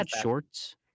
Shorts